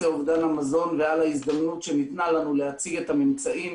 אובדן המזון ועל ההזדמנות שניתנה לנו להציג את הממצאים